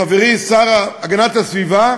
חברי השר להגנת הסביבה,